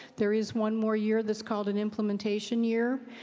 there is one more year that's called an implementation year.